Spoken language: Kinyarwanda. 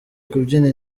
kubyina